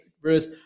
Bruce